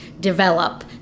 develop